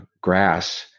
grass